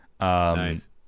nice